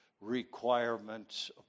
requirements